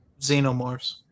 Xenomorphs